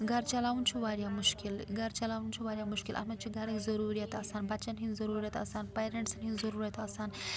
گَرٕ چلاوُن چھُ واریاہ مُشکِل گٕ چلاوُن چھُ واریاہ مُشکِل اَتھ منٛز چھِ گَرٕکۍ ضروٗریت آسان بَچَن ہٕنٛز ضُروٗریت آسان پٮ۪رنٛٹسَن ہِنٛزۍ ضُروٗرت آسان